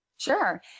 Sure